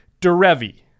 Derevi